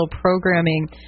programming